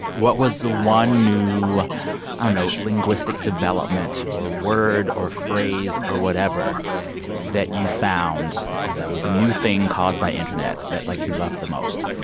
what was the one new i don't know linguistic development or word or phrase or whatever that you found that was a new thing caused by internet that, like, you love the most?